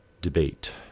Debate